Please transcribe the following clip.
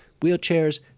wheelchairs